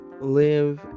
live